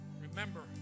Remember